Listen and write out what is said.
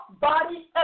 body